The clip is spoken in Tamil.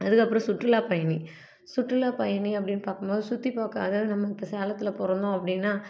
அதுக்கப்புறம் சுற்றுலாப்பயணி சுற்றுலாப்பயணி அப்படின்னு பார்க்கும் போது சுற்றி பார்க்க அதாவது நம்ம இப்போ சேலத்தில் பிறந்தோம் அப்படின்னா